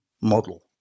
model